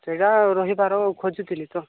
ସେଇଟା ରହିବାର ଖୋଜୁଥିଲି ତ